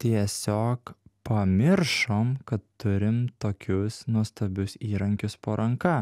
tiesiog pamiršom kad turim tokius nuostabius įrankius po ranka